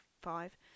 five